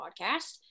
podcast